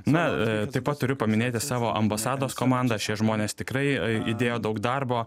na taip pat turiu paminėti savo ambasados komandą šie žmonės tikrai įdėjo daug darbo